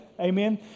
Amen